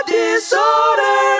disorder